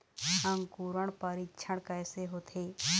अंकुरण परीक्षण कैसे होथे?